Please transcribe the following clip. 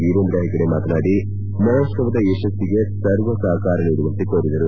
ವೀರೇಂದ್ರ ಹೆಗ್ಗಡೆ ಮಾತನಾಡಿ ಮಹೋತ್ಸವದ ಯಶಸ್ಲಿಗೆ ಸರ್ವ ಸಹಕಾರ ನೀಡುವಂತೆ ಕೋರಿದರು